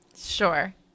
Sure